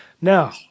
Now